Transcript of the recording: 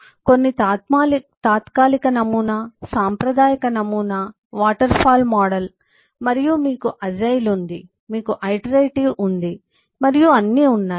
కొన్ని తాత్కాలిక నమూనా సాంప్రదాయక నమూనా వాటర్ ఫాల్ మోడల్ మరియు మీకు అజైల్ ఉంది మీకు ఐటరేటివ్ ఉంది మరియు అన్నీ ఉన్నాయి